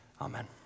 Amen